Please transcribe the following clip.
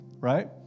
right